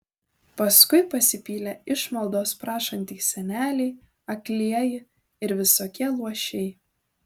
paskui pasipylė išmaldos prašantys seneliai aklieji ir visokie luošiai